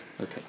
Okay